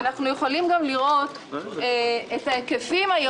צריך להתחיל מתכנון.